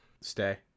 stay